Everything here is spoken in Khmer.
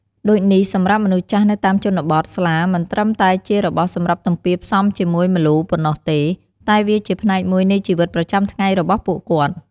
ដូចនេះ សម្រាប់មនុស្សចាស់នៅតាមជនបទ ស្លា មិនត្រឹមតែជារបស់សម្រាប់ទំពារផ្សំជាមួយម្លូប៉ុណ្ណោះទេ តែវាជាផ្នែកមួយនៃជីវិតប្រចាំថ្ងៃរបស់ពួកគាត់។